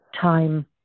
time